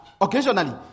occasionally